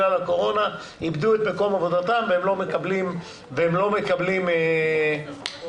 אבדו את מקום עבודתם והם לא מקבלים חל"ת